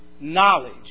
knowledge